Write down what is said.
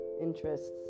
interests